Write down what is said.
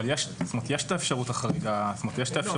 יש את האפשרות לחרוג מהתנאי.